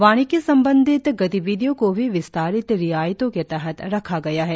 वानिकी संबंधी गतिविधियों को भी विस्तारित रियायतों के तहत रखा गया है